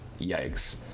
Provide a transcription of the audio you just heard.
yikes